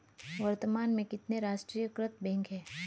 वर्तमान में कितने राष्ट्रीयकृत बैंक है?